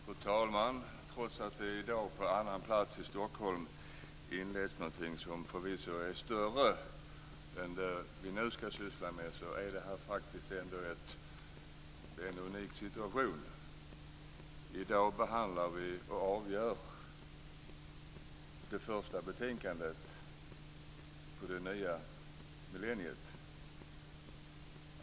Fru talman! Trots att det i dag på annan plats i Stockholm inleds någonting som förvisso är större än det som vi nu ska syssla med är detta ändå en unik situation. I dag behandlar vi och avgör det första betänkandet på det nya millenniet.